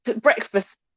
breakfast